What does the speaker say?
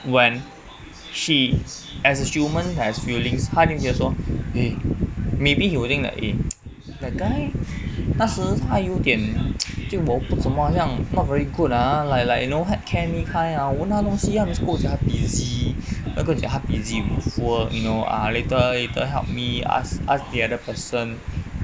when she as the human has feelings 他一定会觉得说 eh maybe he will think that eh that guy 那是他有点 对我很像 like not very good ah like like you know heck care me kind ah 我问他东西他每次跟我讲他 busy 都跟我讲他 busy with work you know ah later later help me ask ask the other person